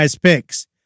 picks